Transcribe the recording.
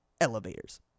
elevators